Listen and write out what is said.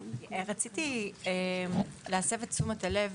רציתי להסב את תשומת הלב